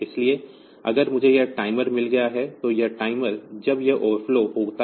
इसलिए अगर मुझे यह टाइमर मिल गया है तो यह टाइमर जब यह ओवरफ्लो होता है